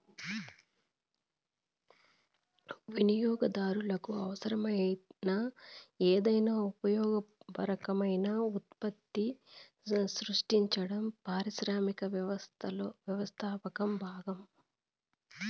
వినియోగదారులకు అవసరమైన ఏదైనా ఉపయోగకరమైన ఉత్పత్తిని సృష్టించడం పారిశ్రామిక వ్యవస్థాపకతలో భాగం